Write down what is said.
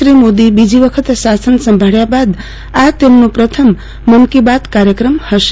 શ્રી મોદીએ બીજી વાર શાસન સંભાળ્યા બાદ આ તેમનો પ્રથમ મન કી બાત કાર્યક્રમ હશે